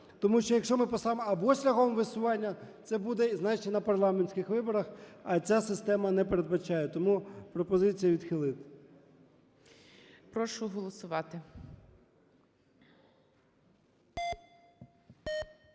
Тому що, якщо ми поставимо "або шляхом висування", це буде і, значить, на парламентських виборах, а ця система не передбачає. Тому пропозиція відхилити. ГОЛОВУЮЧИЙ. Прошу голосувати.